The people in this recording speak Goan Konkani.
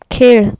खेळ